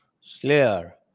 Slayer